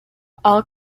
all